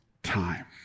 Time